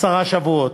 עשרה שבועות.